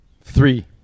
Three